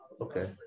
Okay